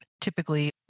typically